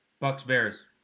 Bucks-Bears